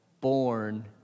born